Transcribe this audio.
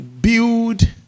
build